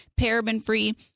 paraben-free